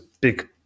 big